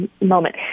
moment